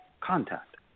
contact